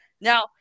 now